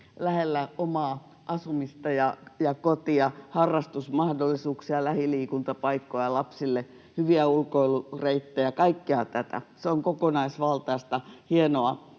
lähellä omaa asumista ja kotia, harrastusmahdollisuuksia, lähiliikuntapaikkoja, lapsille hyviä ulkoilureittejä, kaikkea tätä. Se on kokonaisvaltaista, hienoa